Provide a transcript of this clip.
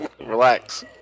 Relax